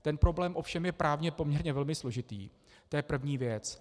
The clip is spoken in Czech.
Ten problém ovšem je právně poměrně velmi složitý, to je první věc.